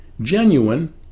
genuine